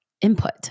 input